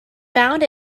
found